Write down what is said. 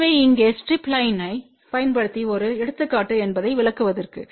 எனவே இங்கே ஸ்டிரிப் லைன்யைப் பயன்படுத்தி ஒரு எடுத்துக்காட்டு என்பதை விளக்குவதற்கு